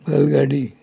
बैलगाडी